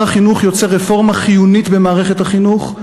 החינוך יוצר רפורמה חיונית במערכת החינוך,